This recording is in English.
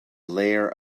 layer